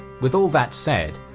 with all that said,